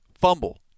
fumble